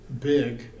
big